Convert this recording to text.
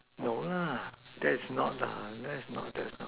no lah that is not the that's not the